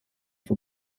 for